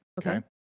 Okay